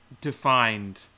defined